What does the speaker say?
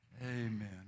Amen